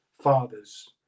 fathers